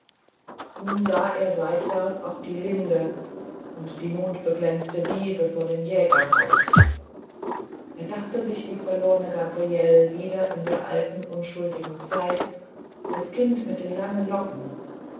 nun sah er seitwärts auch die linde und die mondbeglänzte wiese vor dem jägerhause er dachte sich die verlorne gabriele wieder in der alten unschuldigen zeit als kind mit den langen dunkeln locken